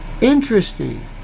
Interesting